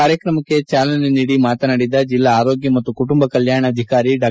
ಕಾರ್ಯಕ್ರಮಕ್ಕೆ ಚಾಲನೆ ನೀಡಿ ಮಾತನಾಡಿದ ಜಿಲ್ಲಾ ಆರೋಗ್ಯ ಮತ್ತು ಕುಟುಂಬ ಕಲ್ಕಾಣ ಅಧಿಕಾರಿ ಡಾ